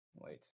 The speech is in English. Wait